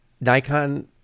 nikon